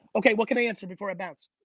okay, what can i answer before i bounce?